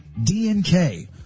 DNK